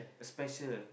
a special